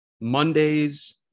Monday's